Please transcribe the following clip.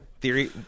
theory